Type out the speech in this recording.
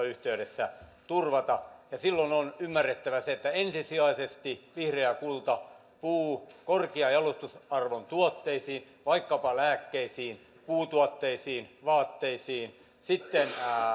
yhteydessä turvata silloin on ymmärrettävä se että ensisijaisesti käytetään vihreä kulta puu korkean jalostusarvon tuotteisiin vaikkapa lääkkeisiin puutuotteisiin vaatteisiin sitten